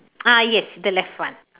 ah yes the left one